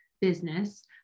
business